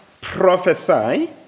prophesy